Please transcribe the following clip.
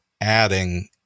adding